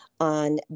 on